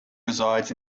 resides